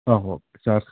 ആ okay sir